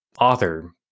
author